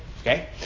Okay